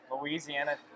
Louisiana